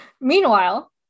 Meanwhile